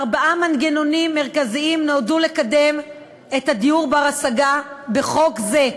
ארבעה מנגנונים מרכזיים נועדו לקדם דיור בר-השגה בחוק זה,